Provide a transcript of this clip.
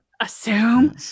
assume